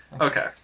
Okay